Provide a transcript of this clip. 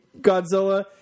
Godzilla